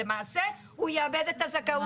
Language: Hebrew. אז למעשה הוא יאבד את הזכאות שלו.